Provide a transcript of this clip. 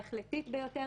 ההחלטית ביותר,